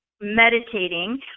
meditating